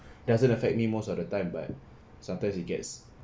doesn't affect me most of the time but sometimes it gets